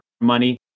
money